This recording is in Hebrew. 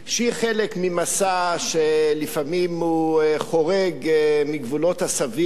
שהיא חלק ממסע שלפעמים חורג מגבולות הסביר,